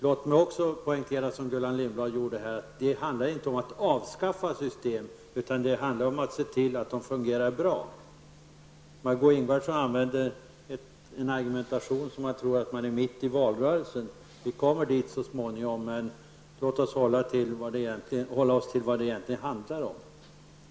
Låt mig också poängtera, som Gullan Lindblad gjorde, att det inte handlar om att avskaffa system, utan det handlar om att se till att de fungerar bra. Margó Ingvardsson använder en argumentation som gör att man tror att man är mitt i valrörelsen. Vi kommer dit så småningom. Men låt oss nu hålla oss till det som det egentligen handlar om.